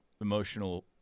emotional